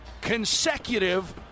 consecutive